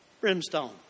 brimstone